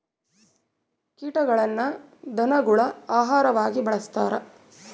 ಕೀಟಗಳನ್ನ ಧನಗುಳ ಆಹಾರವಾಗಿ ಬಳಸ್ತಾರ